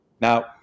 Now